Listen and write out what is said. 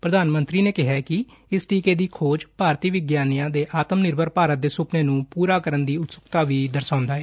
ਪ੍ਰਧਾਨ ਮੰਤਰੀ ਨੇ ਕਿਹਾ ਕਿ ਇਸ ਟੀਕੇ ਦੀ ਖੋਜ ਭਾਰਤੀ ਵਿਗਿਆਨੀਆਂ ਦੇ ਆਤਮ ਨਿਰਭਰ ਭਾਰਤ ਦੇ ਸੁਪਨੇ ਨੂੰ ਪੂਰਾ ਕਰਨ ਦੀ ਉਤਸੁਕਤਾ ਵੀ ਦਰਸਾਉਦਾ ਏ